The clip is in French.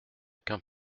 qu’un